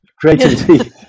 creativity